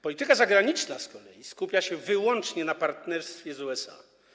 Polityka zagraniczna z kolei skupia się wyłącznie na partnerstwie z USA.